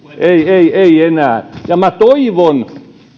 ei ei enää toivon